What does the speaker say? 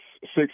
six